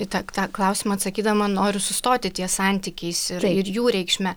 į tą tą klausimą atsakydama noriu sustoti ties santykiais ir ir jų reikšme